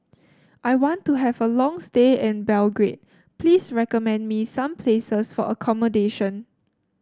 I want to have a long stay in Belgrade please recommend me some places for accommodation